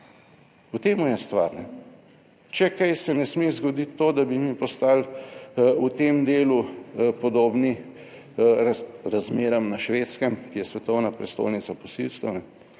V tem je stvar. Če kaj, se ne sme zgoditi to, da bi mi postali v tem delu podobni razmeram na Švedskem, ki je svetovna prestolnica posilstev